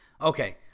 Okay